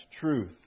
truth